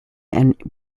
and